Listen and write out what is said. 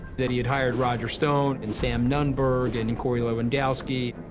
that he had hired roger stone and sam nunberg and and corey lewandowski.